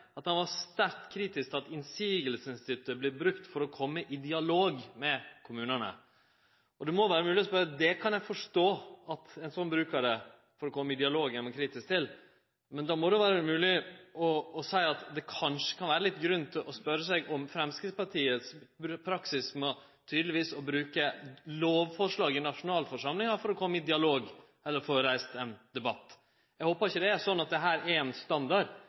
at han var sterkt kritisk til at motsegnsinstituttet vert brukt for å kome i dialog med kommunane. Eg kan forstå at ein er kritisk til ein slik bruk for å kome i dialog, men då må det vere mogleg å seie at det kanskje kan vere grunn til å stille spørsmål ved Framstegspartiets praksis med å bruke lovforslag i nasjonalforsamlinga for å kome i dialog eller få reist ein debatt. Eg håpar ikkje det er slik at dette er standard, at ein